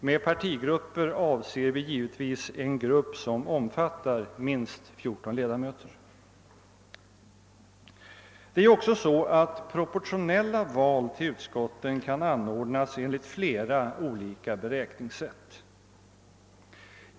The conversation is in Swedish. Med partigrupp avser vi givetvis en grupp som Det är ju också så, att proportionella val till utskotten kan anordnas enligt flera olika beräkningssätt.